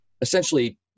essentially